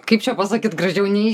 kaip čia pasakyt gražiau neį